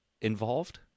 involved